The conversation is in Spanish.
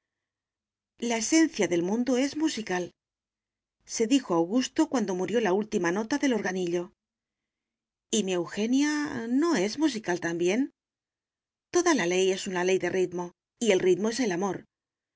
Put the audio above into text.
la esencia del mundo es musicalse dijo augusto cuando murió la última nota del organillo y mi eugenia no es musical también toda ley es una ley de ritmo y el ritmo es el amor